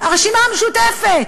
הרשימה המשותפת.